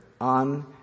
on